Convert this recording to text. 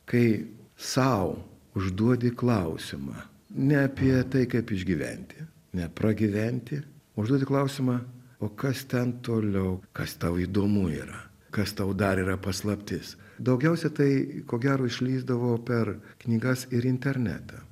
kai sau užduodi klausimą ne apie tai kaip išgyventi ne pragyventi užduodi klausimą o kas ten toliau kas tau įdomu yra kas tau dar yra paslaptis daugiausiai tai ko gero išlįsdavo per knygas ir internetą